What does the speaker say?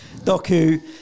Doku